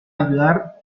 ayudar